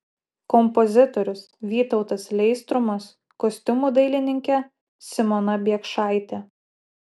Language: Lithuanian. kompozitorius vytautas leistrumas kostiumų dailininkė simona biekšaitė